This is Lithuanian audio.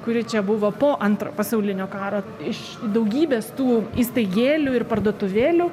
kuri čia buvo po antro pasaulinio karo iš daugybės tų įstaigėlių ir parduotuvėlių